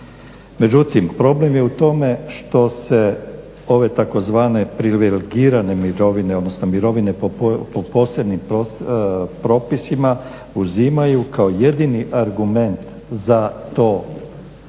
Međutim, problem je u tome što se ove tzv. privilegirane mirovine, odnosno mirovine po posebnim propisima uzimaju kao jedini argument za to